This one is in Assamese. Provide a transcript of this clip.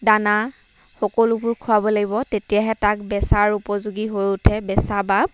দানা সকলোবোৰ খোৱাব লাগিব তেতিয়াহে তাক বেচাৰ উপযোগী হৈ উঠে বেচা বা